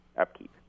upkeep